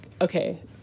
okay